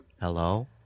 Hello